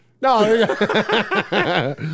no